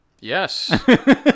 Yes